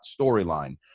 storyline